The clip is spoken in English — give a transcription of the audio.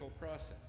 process